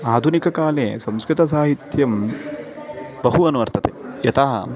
आधुनिककाले संस्कृतसाहित्यं बहु अनुवर्तते यतः